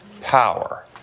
power